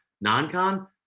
non-con